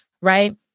right